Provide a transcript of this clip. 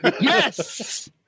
Yes